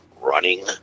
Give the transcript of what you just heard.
running